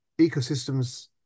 ecosystems